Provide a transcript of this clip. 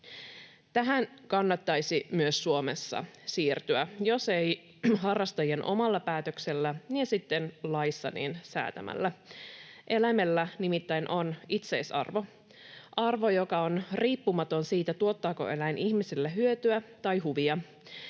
Tähän kannattaisi myös Suomessa siirtyä — jos ei harrastajien omalla päätöksellä, niin sitten laissa niin säätämällä. Eläimellä nimittäin on itseisarvo: arvo, joka on riippumaton siitä, tuottaako eläin ihmiselle hyötyä tai huvia.